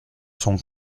son